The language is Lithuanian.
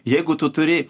jeigu tu turi